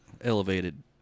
elevated